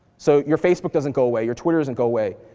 so your facebook doesn't go away, your twitter doesn't go away.